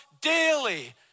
daily